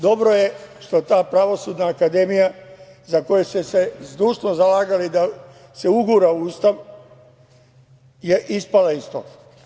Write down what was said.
Dobro je što ta Pravosudna akademija, za koju ste se zdušno zalagali da se ugura u Ustav, je ispala iz toga.